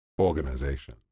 organization